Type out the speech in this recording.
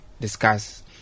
discuss